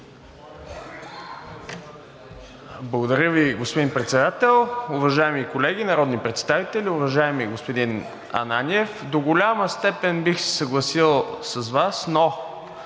Благодаря Ви, господин Председател. Уважаеми колеги народни представители, уважаеми господин Ананиев! До голяма степен бих се съгласил с Вас, но